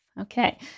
Okay